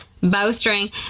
Bowstring